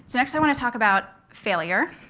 next i want to talk about failure.